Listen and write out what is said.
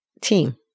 team